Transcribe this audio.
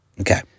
Okay